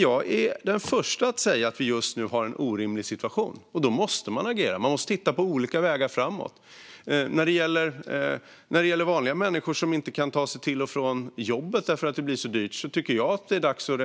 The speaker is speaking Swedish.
Jag är den förste att säga att vi just nu har en orimlig situation. Då måste man agera. Man måste titta på olika vägar framåt. När det gäller vanliga människor som inte kan ta sig till och från jobbet därför att det blir så dyrt tycker jag att det är dags att